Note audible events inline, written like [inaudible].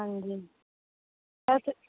ਹਾਂਜੀ [unintelligible]